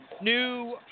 New